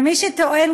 ומי שטוען,